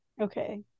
Okay